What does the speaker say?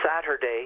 saturday